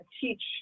teach